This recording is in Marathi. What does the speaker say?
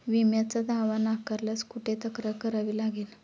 विम्याचा दावा नाकारल्यास कुठे तक्रार करावी लागेल?